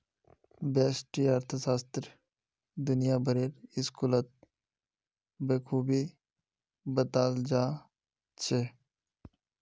व्यष्टि अर्थशास्त्र दुनिया भरेर स्कूलत बखूबी बताल जा छह